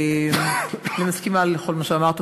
אני מסכימה לכל מה שאמרת,